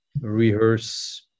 rehearse